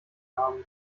haben